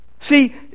See